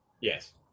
Yes